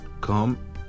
come